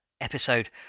episode